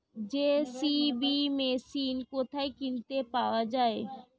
JCB machine কোথায় কিনতে পাওয়া যাবে?